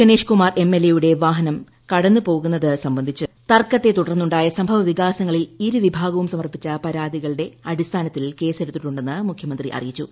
ഗണേഷ്കുമാർ വാഹനം കടന്നുപോകുന്നത് സംബ്ന്ധിച്ച തർക്കത്തെ തുടർന്നുണ്ടായ സംഭവവികാസങ്ങളിൽ ഇരുവിഭാഗവും സമർപ്പിച്ച പരാതികളുടെ അടിസ്ഥാനത്തിൽ കേസെടുത്തിട്ടുണ്ടെന്ന് മുഖ്യമന്ത്രി അറിയിച്ചു